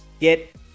get